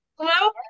Hello